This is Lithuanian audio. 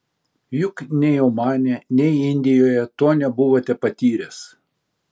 juk nei omane nei indijoje to nebuvote patyręs